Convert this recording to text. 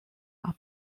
are